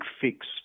fix